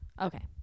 Okay